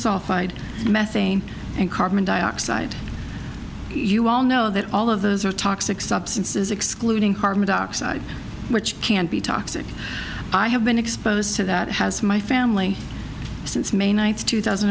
sulfide methane and carbon dioxide you all know that all of those are toxic substances excluding carbon dioxide which can be toxic i have been exposed to that has my family since may ninth two thousand